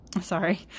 Sorry